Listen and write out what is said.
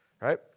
right